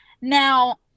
Now